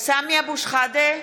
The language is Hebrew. סמי אבו שחאדה,